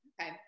Okay